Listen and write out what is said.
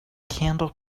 candle